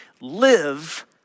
Live